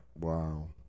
Wow